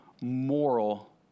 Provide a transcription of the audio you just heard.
moral